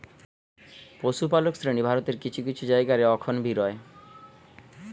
পশুপালক শ্রেণী ভারতের কিছু কিছু জায়গা রে অখন বি রয়